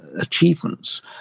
achievements